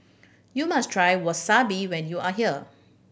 you must try Wasabi when you are here